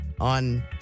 on